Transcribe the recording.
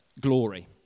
glory